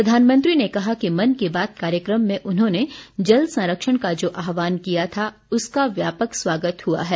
प्रधानमंत्री ने कहा कि मन की बात कार्यक्रम में उन्होंने जल संरक्षण का जो आह्वान किया था उसका व्यापक स्वागत हुआ है